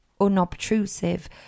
unobtrusive